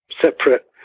separate